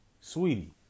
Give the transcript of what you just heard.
sweetie